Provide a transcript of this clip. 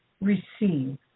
receive